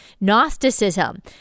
Gnosticism